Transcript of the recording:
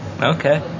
Okay